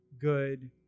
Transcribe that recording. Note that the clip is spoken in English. good